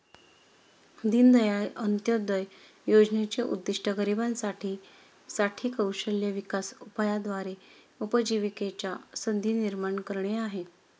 दीनदयाळ अंत्योदय योजनेचे उद्दिष्ट गरिबांसाठी साठी कौशल्य विकास उपायाद्वारे उपजीविकेच्या संधी निर्माण करणे आहे